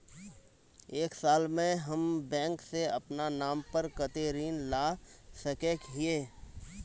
एक साल में हम बैंक से अपना नाम पर कते ऋण ला सके हिय?